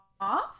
off